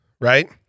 right